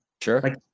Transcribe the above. Sure